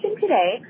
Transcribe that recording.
today